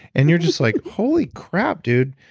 and you're just like, holy crap dude.